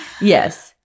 yes